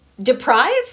Deprive